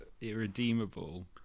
irredeemable